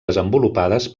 desenvolupades